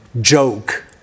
joke